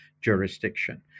jurisdiction